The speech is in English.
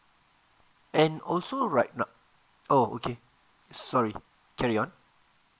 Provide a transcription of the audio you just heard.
and also right not oh okay sorry carry on